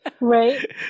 right